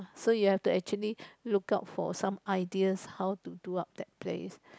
so you have to actually look out for some ideas how to do up that place